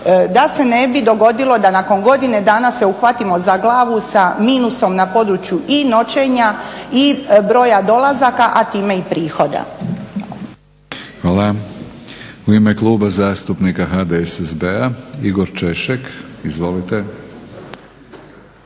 Da se ne bi dogodilo da nakon godine dana se uhvatimo za glavu sa minusom na području i noćenja i broja dolazaka a time i prihoda. **Batinić, Milorad (HNS)** Hvala. U ime Kluba zastupnika HDSSB-a Igor ČEšek. Izvolite.